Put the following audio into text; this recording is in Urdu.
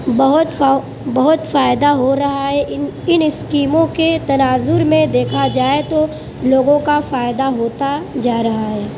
بہت سو بہت فائدہ ہو رہا ہے ان ان اسکیموں کے تناظر میں دیکھا جائے تو لوگوں کا فائدہ ہوتا جا رہا ہے